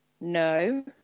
No